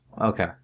Okay